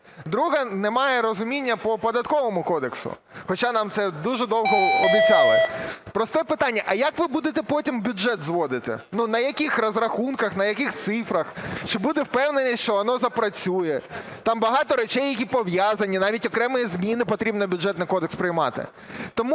Друге. Немає розуміння по Податковому кодексу, хоча нам це дуже довго обіцяли. Просте питання: а як ви будете потім бюджет зводити? На яких розрахунках, на яких цифрах? Чи буде впевненість, що воно запрацює? Там багато речей, які пов'язані, навіть окремі зміни потрібно в Бюджетний кодекс приймати.